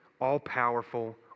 all-powerful